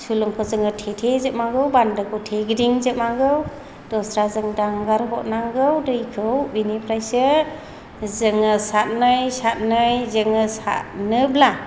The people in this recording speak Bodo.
सुलुंखौ जोङो थे थेयै माबाखौ बान्दोखौ थेगिदिंजोबनांगौ दस्राजों दानगारहरनांगौ दैखौ बेनिफ्रायसो जोङो सारनोब्ला